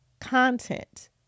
content